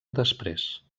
després